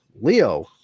Leo